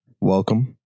Welcome